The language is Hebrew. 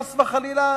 חס וחלילה,